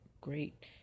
great